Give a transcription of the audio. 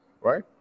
right